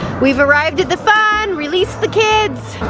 we've arrived at the fun, release the kids!